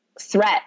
threat